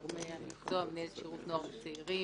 גורמי המקצוע - מנהלת שירות נוער וצעירים,